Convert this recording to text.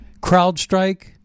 CrowdStrike